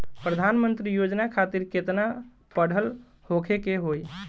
प्रधानमंत्री योजना खातिर केतना पढ़ल होखे के होई?